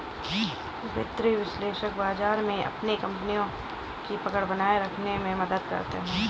वित्तीय विश्लेषक बाजार में अपनी कपनियों की पकड़ बनाये रखने में मदद करते हैं